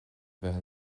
bheith